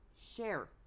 share